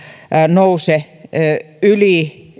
nouse yli